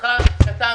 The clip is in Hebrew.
בהתחלה נתנו